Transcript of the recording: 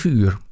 uur